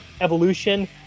evolution